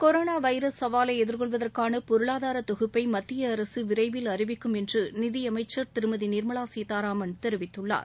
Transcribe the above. corona virus சவாலை எதிர்கொள்வதற்கான பொருளாதார தொகுப்பை மத்திய அரசு விரைவில் அறிவிக்கும் என்று நிதியமைச்சர் திருமதி நிர்மலா சீதாராமன் தெரிவித்துள்ளார்